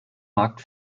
markt